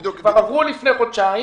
הם כבר עברו לפני חודשיים,